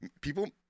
People